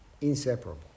inseparable